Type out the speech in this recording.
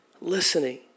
listening